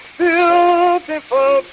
beautiful